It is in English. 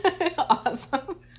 awesome